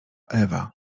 ewa